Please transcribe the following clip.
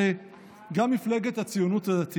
שרים שעובדים במשרדים, המדינה חזרה לפעילות.